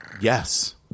Yes